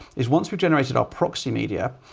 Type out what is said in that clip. is once we generated our proxy media,